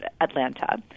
Atlanta